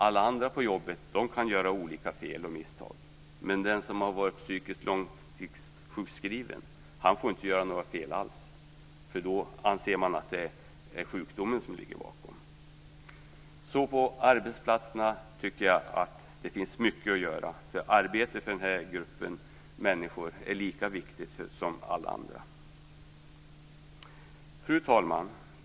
Alla andra på jobbet kan göra olika fel och misstag, men den som har varit psykiskt långtidssjukskriven - han får inte göra några fel alls. Då anser man att det är sjukdomen som ligger bakom. Jag tycker alltså att det finns mycket att göra på arbetsplatserna. Arbetet är nämligen lika viktigt för den här gruppen av människor som för alla andra. Fru talman!